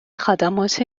خدمات